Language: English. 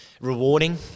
Rewarding